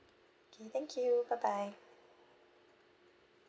K thank you bye bye